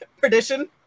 Perdition